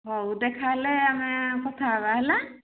ହଉ ଦେଖାହଲେ ଆମେ କଥା ହେବା ହେଲା